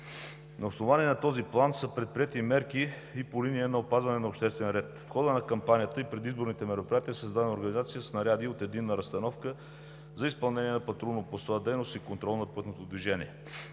На основание на този план са предприети мерки и по линия на опазване на обществения ред. В хода на кампанията и предизборните мероприятия е създадена организация с наряди от единна разстановка за изпълнение на патрулно-постова дейност и контрол на пътното движение.